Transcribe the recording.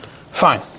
fine